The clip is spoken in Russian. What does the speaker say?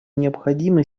необходимо